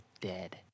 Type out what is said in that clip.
dead